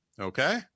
okay